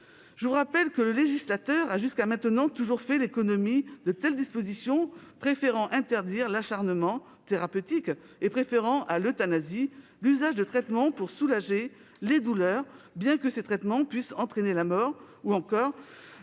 Je vous rappelle que le législateur a jusqu'à présent toujours fait l'économie de telles dispositions. Il a choisi d'interdire l'acharnement thérapeutique et préféré à l'euthanasie l'usage de médicaments pour soulager les douleurs, bien qu'ils puissent entraîner la mort, ou encore